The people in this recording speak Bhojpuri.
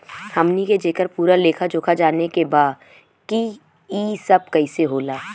हमनी के जेकर पूरा लेखा जोखा जाने के बा की ई सब कैसे होला?